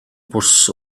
bws